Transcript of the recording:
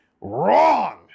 wrong